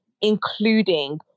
including